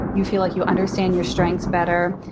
you feel like you understand your strengths better,